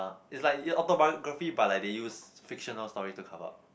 uh is like just autobiography but like they use fictional story to cover up